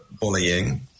bullying